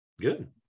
good